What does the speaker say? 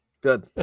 good